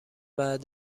بعد